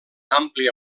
àmplia